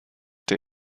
der